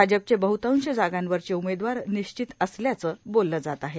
भाजपचे बहतांश जागांवरचे उमेदवार निश्चित असल्याचं बोललं जात आहे